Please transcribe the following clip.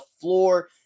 floor